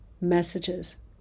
messages